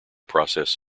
process